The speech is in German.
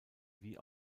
wie